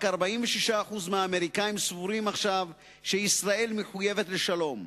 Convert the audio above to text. רק 46% מהאמריקנים סבורים עכשיו שישראל מחויבת לשלום,